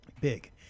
Big